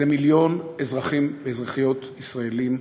וזה מיליון אזרחים ואזרחיות ישראלים,